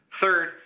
Third